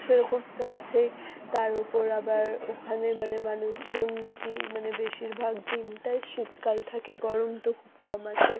সেরকম তো আছেই তার ওপর আবার ওখানে মানে মানুষজন নাকি মানে বেশিরভাগ দিনটাই শীতকাল থাকে গরম তো খুব কম আসে